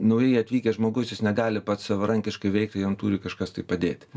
naujai atvykęs žmogus jis negali pats savarankiškai veikti jam turi kažkas tai padėti